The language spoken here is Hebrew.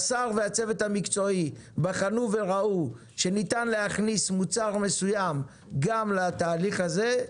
השר והצוות המקצועי בחנו וראו שניתן להכניס מוצר מסוים גם לתהליך הזה.